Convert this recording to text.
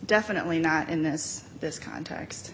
definitely not in this this cont